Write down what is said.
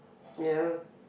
ya